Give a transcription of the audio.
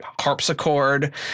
harpsichord